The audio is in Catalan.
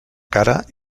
cara